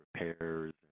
repairs